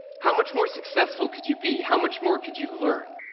how much more successful could you be, how much more could you learn?